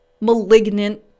malignant